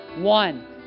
One